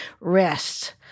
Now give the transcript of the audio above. Rest